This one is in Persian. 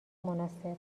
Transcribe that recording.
مناسب